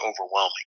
overwhelming